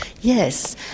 Yes